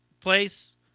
place